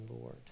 Lord